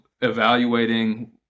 evaluating